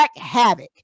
havoc